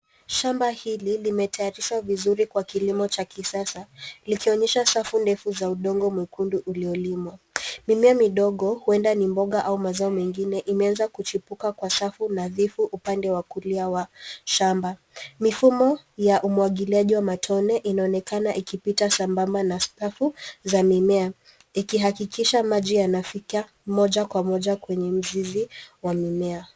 Shamba hili limetayarishwa vizuri kwa kilimo cha kisasa, likionyesha safu ndefu za udongo mwekundu uliolimwa. Mimea midogo huenda ni mboga au mazao mengine imeweza kuchipuka kwa safu nadhifu upande wa kulia wa shamba. Mifumo ya umwagiliaji wa matone inaonekana ikipita sambamba na safu za mimea ikihakikisha maji yanafika moja kwa moja kwenye mzizi wa mimea.